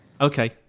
Okay